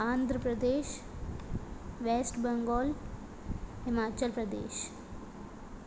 Andhra Pradesh west Bengal Himachal Pradesh